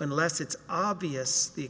unless it's obvious the